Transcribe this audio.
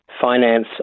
finance